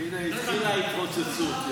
הינה התחילה ההתרוצצות.